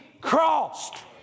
crossed